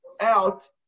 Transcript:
out